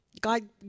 God